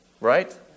right